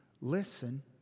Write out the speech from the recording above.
listen